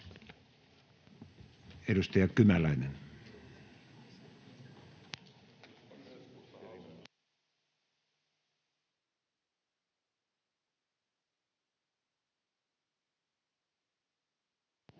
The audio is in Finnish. Edustaja Kymäläinen. [Speech